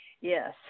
Yes